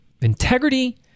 Integrity